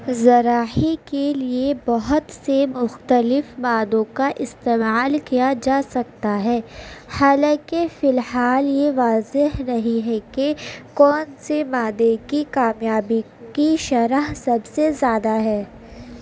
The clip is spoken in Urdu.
زراحی کے لیے بہت سے مختلف مادوں کا استعمال کیا جا سکتا ہے حالانکہ فی الحال یہ واضح نہیں ہے کہ کون سے مادے کی کامیابی کی شرح سب سے زیادہ ہے